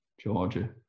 Georgia